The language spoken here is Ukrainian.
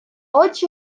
очі